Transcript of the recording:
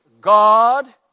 God